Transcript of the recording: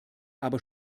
aber